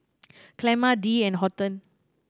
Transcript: Clemma Dee and Horton